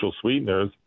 sweeteners